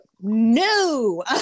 no